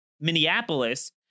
Minneapolis